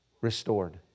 restored